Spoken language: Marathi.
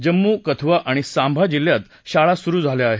जम्मू कथुआ आणि सांबा जिल्ह्यात शाळा सुरु झाल्या आहेत